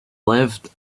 lived